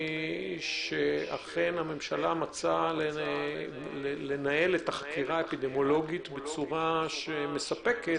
שאכן הממשלה מצאה לנהל את החקירה האפידמיולוגית בצורה שמספקת,